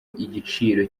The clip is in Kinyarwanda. igiciro